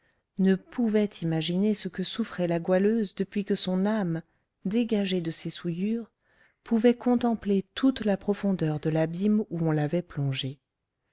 ne pouvaient imaginer ce que souffrait la goualeuse depuis que son âme dégagée de ses souillures pouvait contempler toute la profondeur de l'abîme où on l'avait plongée